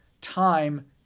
time